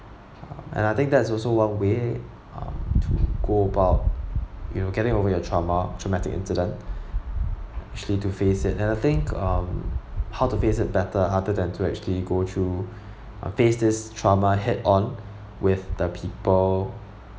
um and I think that's also one way um to go about you getting away a trauma traumatic incident actually to face it and I think um how to face it better other than to actually go through uh face this trauma head on with the people